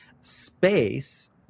space